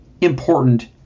important